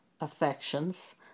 affections